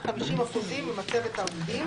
50 אחוזים ממצבת העובדים,